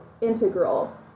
integral